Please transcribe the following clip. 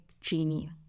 genie